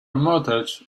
mortgage